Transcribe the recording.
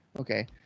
Okay